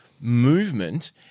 movement